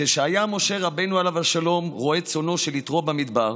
כשהיה משה רבינו עליו השלום רועה צאנו של יתרון במדבר